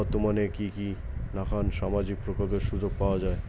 বর্তমানে কি কি নাখান সামাজিক প্রকল্পের সুযোগ পাওয়া যায়?